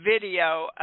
video